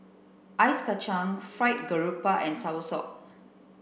ice kachang fried garoupa and soursop